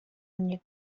ogni